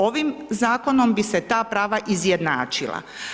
Ovim zakonom bi se ta prava izjednačila.